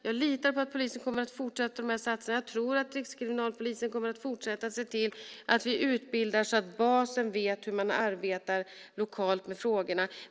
Jag litar på att polisen kommer att fortsätta med de här satsningarna. Jag tror att Rikskriminalpolisen kommer att fortsätta se till att vi utbildar så att basen vet hur man arbetar lokalt med frågorna.